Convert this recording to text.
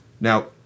Now